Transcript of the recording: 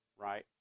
right